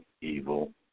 evil